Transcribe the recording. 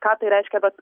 ką tai reiškia tas